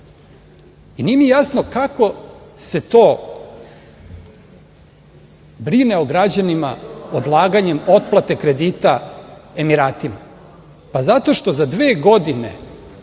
mi jasno kako se to brine o građanima odlaganjem otplate kredita Emiratima? Pa zato što za dve godine